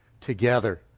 together